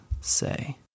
say